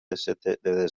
desembre